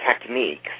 techniques